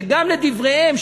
שגם לדבריהם,